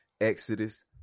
Exodus